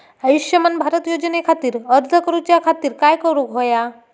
आयुष्यमान भारत योजने खातिर अर्ज करूच्या खातिर काय करुक होया?